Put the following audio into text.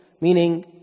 Meaning